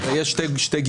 הרי יש שתי גישות,